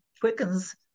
quickens